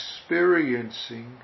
experiencing